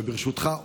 ברשותך,